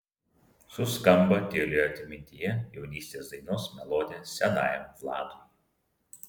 suskamba tylioje atmintyje jaunystės dainos melodija senajam vladui